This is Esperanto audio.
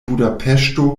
budapeŝto